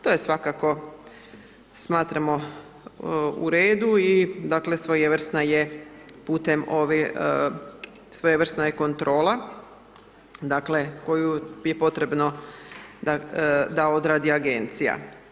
To je svakako smatramo u redu i dakle svojevrsna je putem ovi, svojevrsna je kontrola, dakle koju je potrebno da odradi agencija.